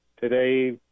today